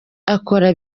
akora